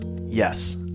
Yes